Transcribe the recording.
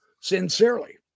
sincerely